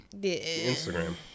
Instagram